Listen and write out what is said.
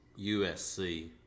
USC